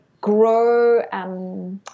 grow